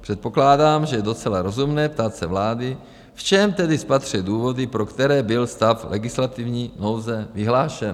Předpokládám, že je docela rozumné ptát se vlády, v čem tedy spatřuje důvody, pro které byl stav legislativní nouze vyhlášen.